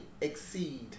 exceed